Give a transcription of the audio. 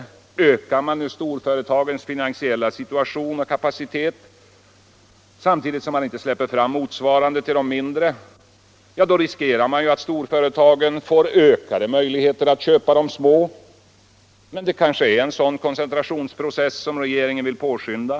Förbättrar man då storföretagens finansiella situation och ökar deras kapital samtidigt som man inte släpper fram motsvarande stöd till de mindre företagen, riskerar man att storföretagen får ökade möjligheter att köpa de små. Men det kanske är en sådan koncentrationsprocess som regeringen vill påskynda.